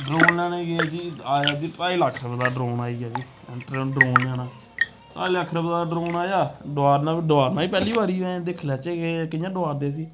drone लैने गी गे जी आया ढाई लक्ख रपेऽ दा ड्रोन आई गेआ जी ड्रोन लैना ढाई लक्ख रपेऽ दा ड्रोन आया डोआरना बी डोआरना पैह्ली बारी दिक्खी लैचै के कि'यां डुआरदे इसी